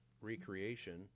recreation